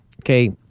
okay